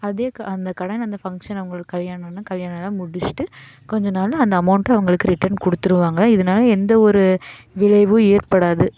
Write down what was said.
அதே க அந்த கடன் அந்த பங்க்ஷன் அவர்களுக்கு கல்யாணோம்னா கல்யாணம்லாம் முடிசிட்டு கொஞ்ச நாள் அந்த அமௌண்ட்டை அவர்களுக்கு ரிட்டன் கொடுத்துருவாங்க இதனால எந்த ஒரு விளைவும் ஏற்படாது